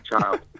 child